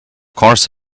course